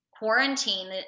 quarantine